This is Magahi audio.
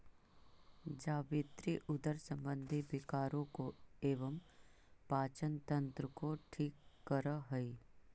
जावित्री उदर संबंधी विकारों को एवं पाचन तंत्र को ठीक करअ हई